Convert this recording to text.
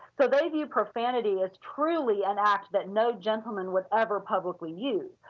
so they viewed profanity as truly an act that no gentleman would over publicly use.